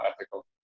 ethical